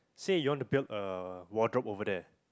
say you want to build a wardrobe over there